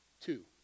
two